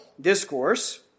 discourse